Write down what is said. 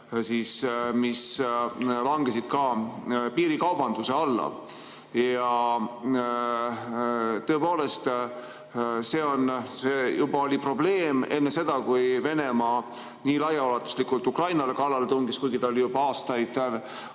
mis langesid piirikaubanduse alla. Tõepoolest, see oli probleem juba enne seda, kui Venemaa nii laiaulatuslikult Ukrainale kallale tungis, kuigi ta oli juba aastaid